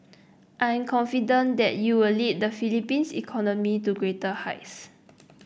I am confident that you will lead the Philippines economy to greater heights